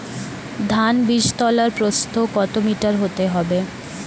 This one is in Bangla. ধান বীজতলার প্রস্থ কত মিটার হতে হবে?